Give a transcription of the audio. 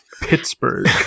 Pittsburgh